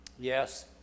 Yes